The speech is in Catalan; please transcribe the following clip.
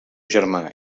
germà